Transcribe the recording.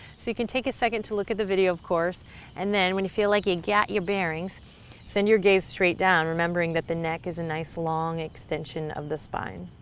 so you can take a second to look at the video of course and then when you feel like you've got your bearings send your gaze straight down remembering that the neck is a nice long extension of the spine.